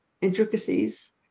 intricacies